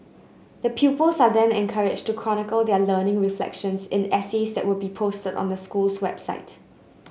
the pupils are then encouraged to chronicle their learning reflections in essays that will be posted on the school's website